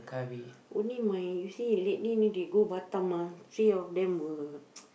only my you see lately they go Batam ah three of them were